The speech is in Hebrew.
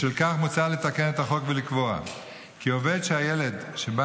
בשל כך מוצע לתקן את החוק ולקבוע כי עובד שהילד שבת